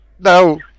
No